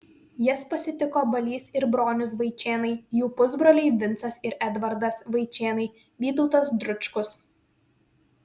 jas pasitiko balys ir bronius vaičėnai jų pusbroliai vincas ir edvardas vaičėnai vytautas dručkus